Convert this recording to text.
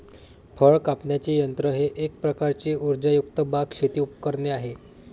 फळ कापण्याचे यंत्र हे एक प्रकारचे उर्जायुक्त बाग, शेती उपकरणे आहे